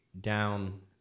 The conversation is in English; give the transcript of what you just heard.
down